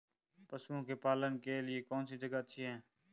पशुओं के पालन के लिए कौनसी जगह अच्छी है?